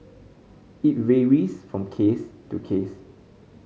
it varies from case to case